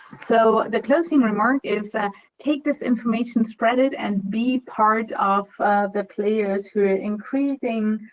so, the closing remark is that take this information, spread it, and be part of the players who are increasing